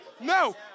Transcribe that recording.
No